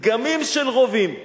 דגמים של רובים,